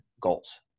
goals